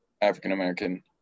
African-American